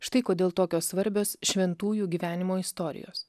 štai kodėl tokios svarbios šventųjų gyvenimo istorijos